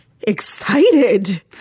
excited